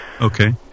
Okay